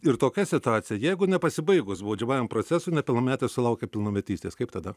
ir tokia situacija jeigu nepasibaigus baudžiamajam procesui nepilnametis sulaukia pilnametystės kaip tada